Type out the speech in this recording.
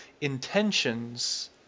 intentions